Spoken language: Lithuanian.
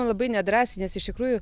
labai nedrąsiai nes iš tikrųjų